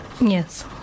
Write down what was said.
Yes